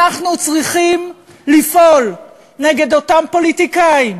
אנחנו צריכים לפעול נגד אותם פוליטיקאים